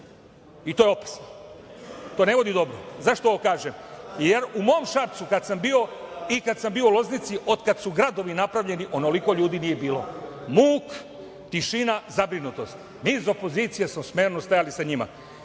i to je opasno. To ne vodi dobru. Zašto ovo kažem? Jer u mom Šapcu kad sam bio i kad sam bio u Loznici, otkad su gradovi napravljeni, onoliko ljudi nije bilo. Muk, tišina, zabrinutost. Mi iz opozicije smo smerno stajali sa njima.